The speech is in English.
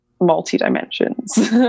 multi-dimensions